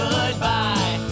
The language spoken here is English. Goodbye